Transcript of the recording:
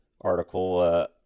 article